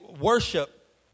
worship